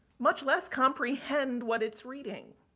much less, comprehend what it's reading.